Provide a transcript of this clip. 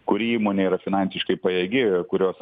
kuri įmonė yra finansiškai pajėgi kurios